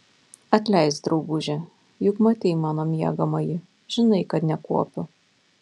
atleisk drauguže juk matei mano miegamąjį žinai kad nekuopiu